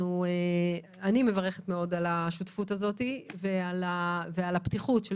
אני מברכת מאוד על השותפות הזאת ועל הפתיחות של